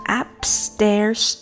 upstairs